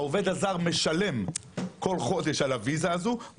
העובד הזר משלם כל חודש על הוויזה הזאת,